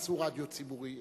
עשו רדיו ציבורי.